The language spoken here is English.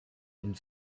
and